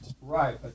right